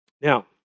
Now